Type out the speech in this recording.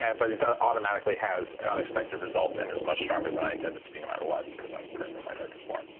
and but it ah automatically has unexpected results and is much stronger than i intend it to be, no matter what, because i'm currently in my darkest form.